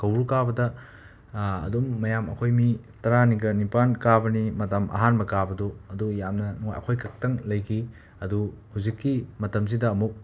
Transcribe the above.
ꯀꯧꯕ꯭ꯔꯨ ꯀꯥꯕꯗ ꯑꯗꯨꯝ ꯃꯌꯥꯝ ꯑꯩꯈꯣꯏ ꯃꯤ ꯇꯔꯥꯒꯒꯅꯤꯄꯥꯟ ꯀꯥꯕꯅꯤ ꯃꯇꯝ ꯑꯍꯥꯟꯕ ꯀꯥꯕꯗꯨ ꯑꯗꯨ ꯌꯥꯝꯅ ꯅꯨꯡ ꯑꯩꯈꯣꯏ ꯈꯛꯇꯪ ꯂꯩꯈꯤ ꯑꯗꯨ ꯍꯧꯖꯤꯛꯀꯤ ꯃꯇꯝꯁꯤꯗ ꯑꯃꯨꯛ